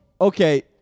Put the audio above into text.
okay